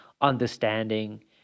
understanding